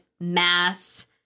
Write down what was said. mass